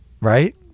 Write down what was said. right